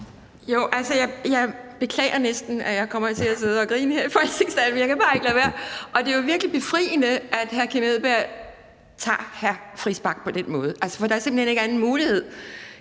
Jeg beklager næsten, at jeg kommer til at sidde og grine her i Folketingssalen, men jeg kan bare ikke lade være. Det er jo virkelig befriende, at hr. Kim Edberg Andersen håndterer hr. Christian Friis Bach på den måde, for der er simpelt hen ikke anden mulighed.